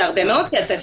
זה הרבה מאוד כסף,